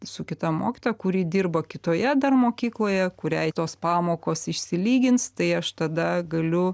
su kita mokytoja kuri dirbo kitoje dar mokykloje kuriai tos pamokos išsilygins tai aš tada galiu